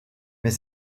mais